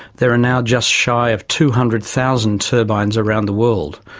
there are now just shy of two hundred thousand turbines around the world,